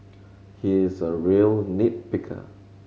he is a real nit picker